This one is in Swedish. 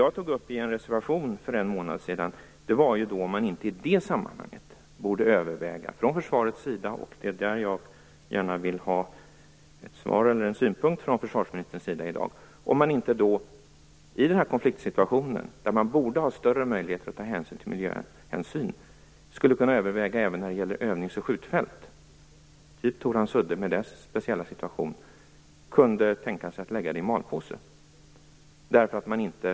Jag ifrågasatte i en reservation för en månad sedan om man inte i den här konfliktsituationen, där försvaret nu borde ha större möjligheter att beakta miljöhänsynen, skulle kunna överväga även övnings och skjutfält av typen Torhamns udde, som har en speciell situation. Jag vill i dag gärna få en synpunkt från försvarsministern på detta.